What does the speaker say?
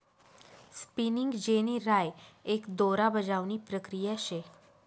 spinning jenny राय एक दोरा बजावणी प्रक्रिया शे